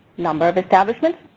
number of establishments,